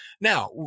now